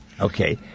Okay